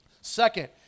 Second